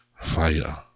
Fire